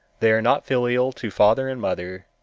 they are not filial to father and mother,